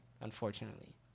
unfortunately